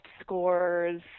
scores